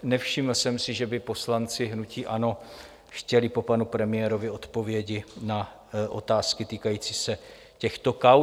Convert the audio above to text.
Nevšiml jsem si, že by poslanci hnutí ANO chtěli po panu premiérovi odpovědi na otázky týkající se těchto kauz.